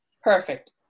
Perfect